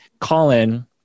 Colin